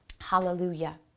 Hallelujah